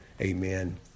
Amen